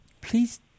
Please